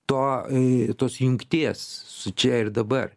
to e tos jungties su čia ir dabar